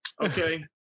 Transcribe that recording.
okay